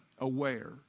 aware